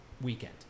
weekend